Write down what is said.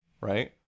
right